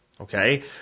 Okay